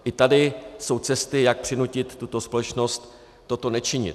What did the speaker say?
I tady jsou cesty, jak přinutit tuto společnost toto nečinit.